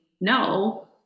no